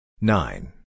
nine